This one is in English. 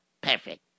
perfect